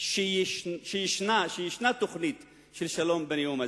שיש תוכנית של שלום בנאום הזה.